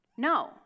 No